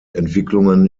entwicklungen